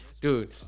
dude